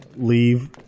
leave